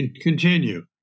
continue